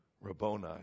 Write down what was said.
Rabboni